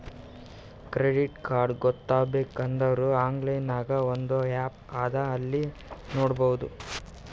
credit card ಬಗ್ಗೆ ಗೊತ್ತ ಆಗ್ಬೇಕು ಅಂದುರ್ ಆನ್ಲೈನ್ ನಾಗ್ ಒಂದ್ ಆ್ಯಪ್ ಅದಾ ಅಲ್ಲಿ ನೋಡಬೋದು